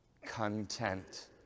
content